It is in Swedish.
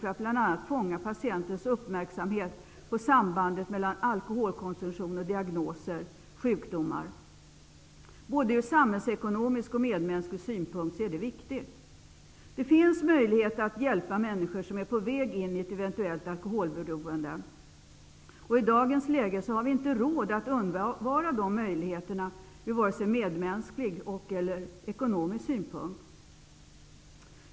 På så sätt kan de fästa patientens uppmärksamhet på sambandet mellan alkoholkonsumtion och diagnoser, sjukdomar. Både ur samhällsekonomisk och medmänsklig synpunkt är detta viktigt. Det finns möjligheter att hjälpa människor som är på väg in i ett eventuellt alkoholberoende. I dagens läge har vi inte råd att undvara de möjligheterna ur vare sig medmänsklig eller ekonomisk synpunkt.